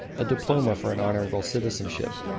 a diploma for an honourable citizenship.